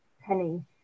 penny